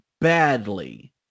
badly